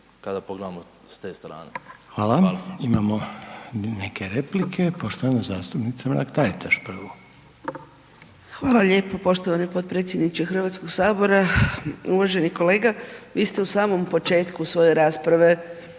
Hvala, imamo neke replike. Poštovana zastupnica Mrak Taritaš prvu.